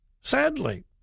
Sadly